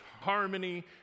harmony